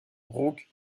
rauque